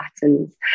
patterns